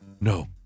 No